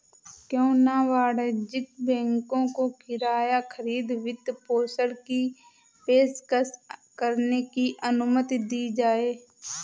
क्यों न वाणिज्यिक बैंकों को किराया खरीद वित्तपोषण की पेशकश करने की अनुमति दी जाए